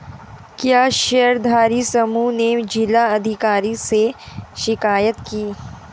क्या शेयरधारी समूह ने जिला अधिकारी से शिकायत की?